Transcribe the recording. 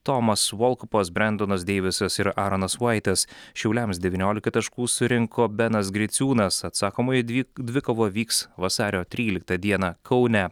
tomas volkupas brendonas deivisas ir aronas vaitas šiauliams devyniolika taškų surinko benas griciūnas atsakomoji dvi dvikova vyks vasario tryliktą dieną kaune